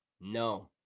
No